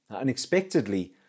Unexpectedly